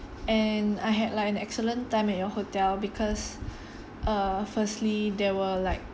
and I had like an excellent time at your hotel because err firstly there were like